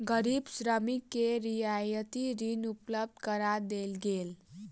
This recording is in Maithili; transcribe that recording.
गरीब श्रमिक के रियायती ऋण उपलब्ध करा देल गेल